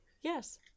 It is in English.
Yes